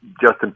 Justin